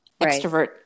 extrovert